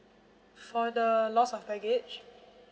for the loss of baggage